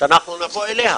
שנבוא אליה.